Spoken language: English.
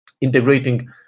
integrating